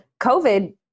COVID